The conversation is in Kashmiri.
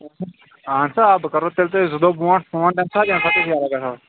اہَن سا آ بہٕ کرو تیٚلہِ تۄہہِ زٕ دۄہ برونٛٹھ فون تمہِ سات ییٚمہِ ساتہٕ بہٕ یلہٕ گژھو